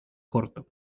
corto